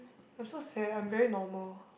I'm so sad I'm very normal